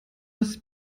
das